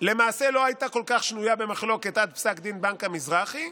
לא הייתה כל כך שנויה במחלוקת עד פסק דין בנק המזרחי,